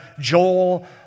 Joel